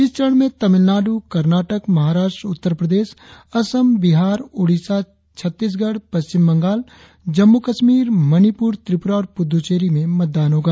इस चरण में तमिलनाडु कर्नाटक महाराष्ट्र उत्तर प्रदेश असम बिहार ओडिसा छत्तीसगढ़ पश्चिम बंगाल जम्मू कश्मीर मणिपुर त्रिपुरा और पुड्डुचेरी में मतदान होगा